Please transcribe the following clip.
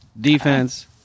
defense